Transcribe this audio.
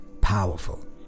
powerful